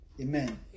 Amen